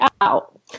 out